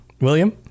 William